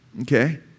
Okay